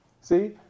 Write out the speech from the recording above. See